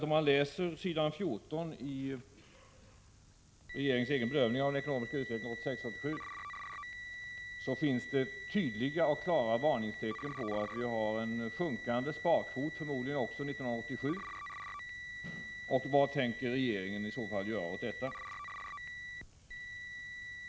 Om man läser s. 14 i regeringens egen bedömning av den ekonomiska utvecklingen 1986/87 finner man tydliga och klara varningstecken på att vi har en sjunkande sparkvot förmodligen också 1987. Vad tänker regeringen i så fall göra åt detta?